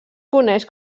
coneix